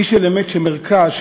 איש שלימד שמרכז,